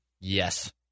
Yes